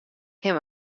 him